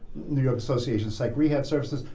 new york so so and like rehab services,